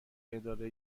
اداره